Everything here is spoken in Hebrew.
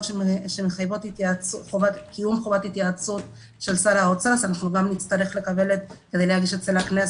שמחייבות קיום התייעצות עם שר האוצר אז גם נצטרך לקבל את אישורו.